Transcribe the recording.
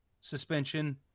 suspension